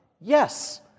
Yes